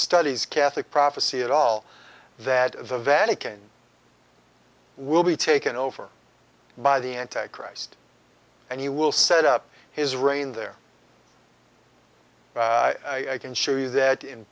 studies catholic prophecy at all that the vatican will be taken over by the anti christ and you will set up his reign there i can show you that in